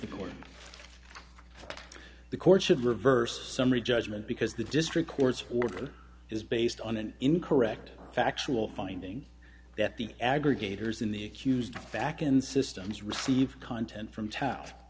the court the court should reverse summary judgment because the district court's order is based on an incorrect factual finding that the aggregators in the accused back in systems receive content from tough